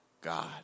God